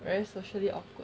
whereas socially awkward